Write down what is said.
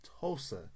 Tulsa